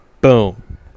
Boom